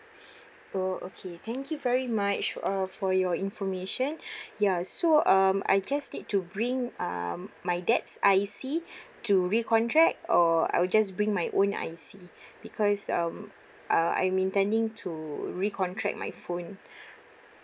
oh okay thank you very much uh for your information ya so um I just need to bring um my dad's I_C to recontract or I will just bring my own I_C because um uh I'm intending to recontract my phone